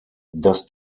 das